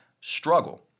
struggle